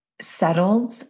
settled